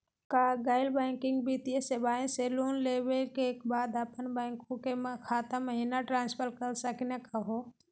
का गैर बैंकिंग वित्तीय सेवाएं स लोन लेवै के बाद अपन बैंको के खाता महिना ट्रांसफर कर सकनी का हो?